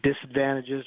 disadvantages